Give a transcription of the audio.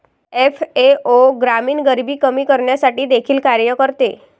FAO ग्रामीण गरिबी कमी करण्यासाठी देखील कार्य करते